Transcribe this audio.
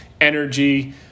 energy